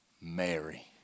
Mary